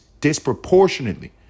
disproportionately